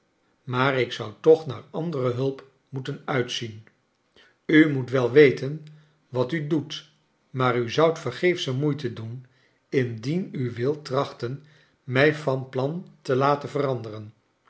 maar ik zou toch naar andere hulp moeten uitzien u moet wel weten wat u doet maar u zoudt vergeefsche moeite doen indien u wildet trachten mij van plan te laten veranderen